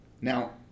now